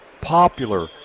popular